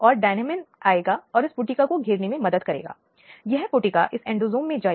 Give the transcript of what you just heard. इसलिए यह सुनिश्चित करना राज्य की जिम्मेदारी है कि इन महिलाओं का पुनर्वास किया जाए